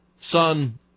Son